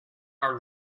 are